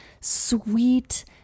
sweet